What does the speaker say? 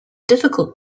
difficult